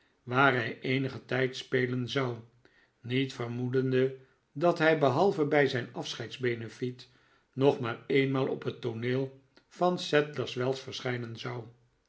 waar hij eenigen tijd spelen zou niet vermoedende dat hij behalve bij zijn afscheidsbenefiet nog maar eenmaal op het tooneel van sadlerswells verschijnen zou